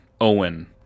Owen